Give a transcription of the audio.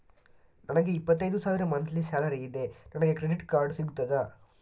ನನಗೆ ಇಪ್ಪತ್ತೈದು ಸಾವಿರ ಮಂತ್ಲಿ ಸಾಲರಿ ಇದೆ, ನನಗೆ ಕ್ರೆಡಿಟ್ ಕಾರ್ಡ್ ಸಿಗುತ್ತದಾ?